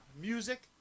music